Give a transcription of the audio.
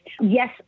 Yes